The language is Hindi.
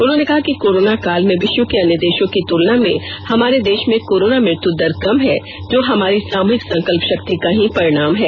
उन्होंने कहा कि कोरोना काल में विष्व के अन्य देषों की तुलना में हमारे देष में कोरोना मृत्य दर कम है जो हमारी सामूहिक संकल्पषक्ति का ही परिणाम है